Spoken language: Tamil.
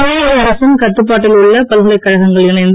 தமிழக அரசின் கட்டுப்பாட்டில் உள்ள பல்கலைக் கழகங்கள் இணைந்து